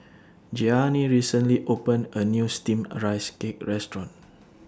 Gianni recently opened A New Steamed Rice Cake Restaurant